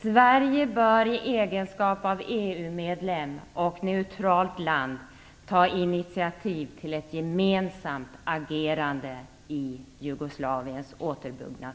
Sverige bör i egenskap av EU medlem och neutralt land ta initiativ till ett gemensamt agerande för Jugoslaviens återuppbyggnad.